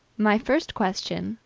my first question,